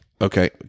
Okay